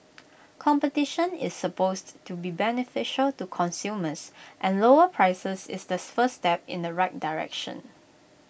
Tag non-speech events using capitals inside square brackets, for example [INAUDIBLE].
competition is supposed to be beneficial to consumers and lower prices is the [UNINTELLIGIBLE] first step in the right direction